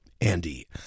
Andy